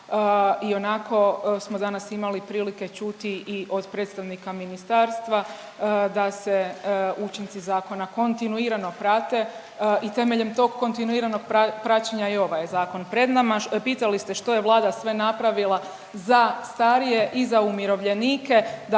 a ionako smo danas imali prilike čuti i od predstavnika ministarstva da se učinci zakona kontinuirano prate i temeljem tog kontinuiranog praćenja i ovaj je zakon pred nama. Pitali ste što je Vlada sve napravila za starije i za umirovljenike.